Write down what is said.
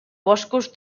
boscos